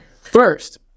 First